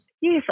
Yes